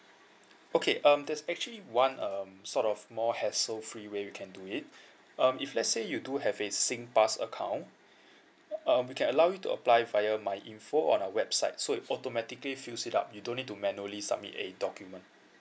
okay um there's actually one um sort of more hassle free way you can do it um if let's say you do have a singpass account um we can allow you to apply via my info on our website so it automatically fills it up you don't need to manually submit a document